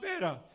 better